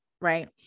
Right